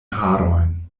harojn